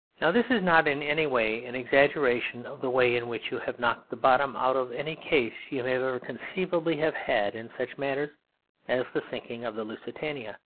now this is not in any way an exaggeration of the way in which you have knocked the bottom out of any case you may ever conceivably have had in such matters as the sinking of the lusitania.